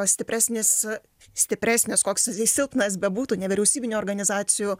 stipresnis stipresnis koks jis silpnas bebūtų nevyriausybinių organizacijų